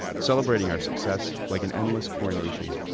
celebrating our success like an endless coronation.